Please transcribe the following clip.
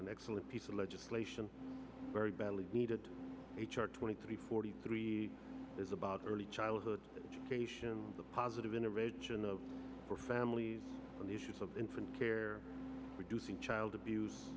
an excellent piece of legislation very badly needed h r twenty three forty three is about early childhood education the positive in a rage in the for families and the issues of infant care reducing child abuse